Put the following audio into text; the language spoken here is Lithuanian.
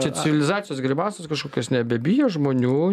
čia civilizacijos grimasos kažkokios nebebijo žmonių